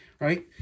right